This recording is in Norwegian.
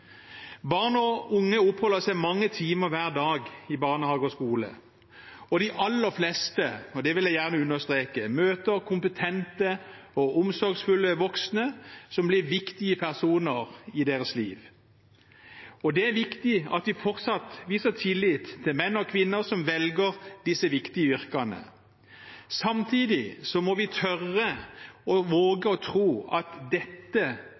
Barn og unge oppholder seg mange timer hver dag i barnehage og skole, og de aller fleste – og det vil jeg gjerne understreke – møter kompetente og omsorgsfulle voksne, som blir viktige personer i deres liv. Det er viktig at vi fortsatt viser tillit til menn og kvinner som velger disse viktige yrkene. Samtidig må vi tørre å tro at